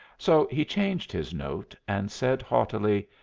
so he changed his note, and said haughtily,